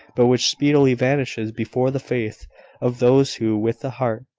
but which speedily vanishes before the faith of those who, with the heart,